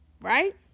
right